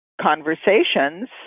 conversations